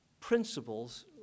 principles